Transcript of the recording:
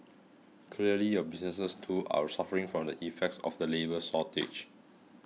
clearly your businesses too are suffering from the effects of the labour shortage